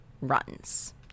runs